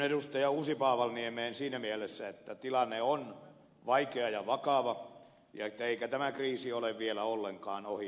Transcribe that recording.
uusipaavalniemeen siinä mielessä että tilanne on vaikea ja vakava eikä tämä kriisi ole vielä ollenkaan ohi